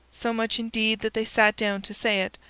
so much, indeed, that they sat down to say it,